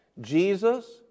Jesus